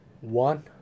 one